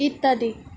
ইত্যাদি